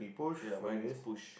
ya mine is push